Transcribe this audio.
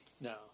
No